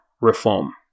reform